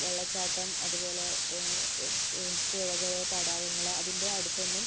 വെള്ളച്ചാട്ടം അതുപോലെ പുഴകൾ തടാകങ്ങൾ അതിൻ്റെ അടുത്തൊന്നും